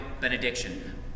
benediction